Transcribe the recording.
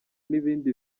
n’ibindi